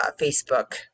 Facebook